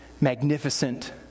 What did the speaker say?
magnificent